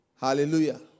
Hallelujah